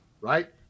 Right